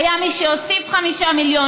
היה מי שהוסיף 5 מיליון,